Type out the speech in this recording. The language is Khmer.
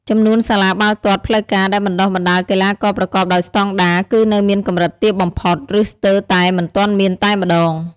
ចំនួនសាលាបាល់ទាត់ផ្លូវការដែលបណ្តុះបណ្តាលកីឡាករប្រកបដោយស្តង់ដារគឺនៅមានកម្រិតទាបបំផុត ឬស្ទើរតែមិនមានតែម្តង។